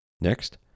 Next